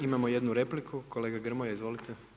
Imamo jednu repliku, kolega Grmoja, izvolite.